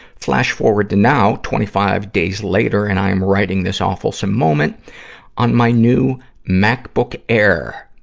flash forward to now, twenty five days later, and i am writing this awfulsome moment on my new macbook air,